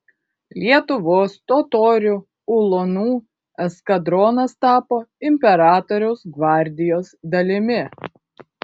lietuvos totorių ulonų eskadronas tapo imperatoriaus gvardijos dalimi